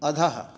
अधः